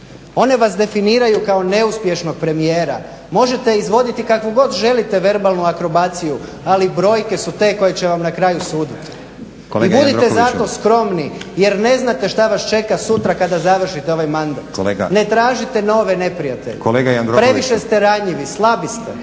one vas definiraju kao neuspješnog premijera. Možete izvoditi kakvu god želite verbalnu akrobaciju ali brojke su te koje će vam na kraju suditi. I budite uvjereni zato skromni jer ne znate što vas čeka sutra kada završite ovaj mandat. … /Upadica: Kolega./ … ne tražite nove neprijatelje.